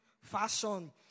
fashion